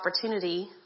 opportunity